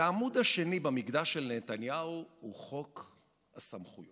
והעמוד השני במקדש של נתניהו הוא חוק הסמכויות.